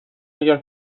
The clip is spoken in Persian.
اگر